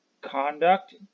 conduct